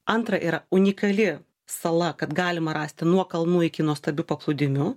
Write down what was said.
antra yra unikali sala kad galima rasti nuo kalnų iki nuostabių paplūdimių